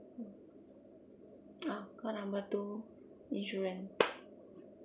mm oh call number two insurance